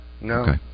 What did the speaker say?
no